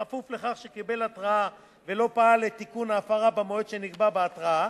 בכפוף לכך שקיבל התראה ולא פעל לתיקון ההפרה במועד שנקבע בהתראה,